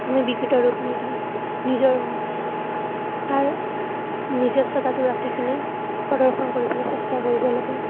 আমি বিকৃত ৰূপ নিদি নিজৰ তাৰ নিজস্বতাটো ৰাখি কিনে প্ৰদৰ্শন কৰিবলৈ চেষ্টা কৰিব লাগে